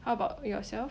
how about yourself